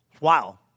Wow